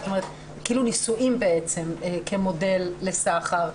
כאילו נישואים כמודל לסחר,